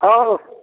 हँ हो